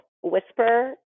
whisper